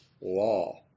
law